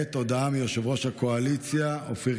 15 בעד, אין